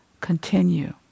continue